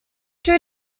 two